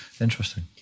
Interesting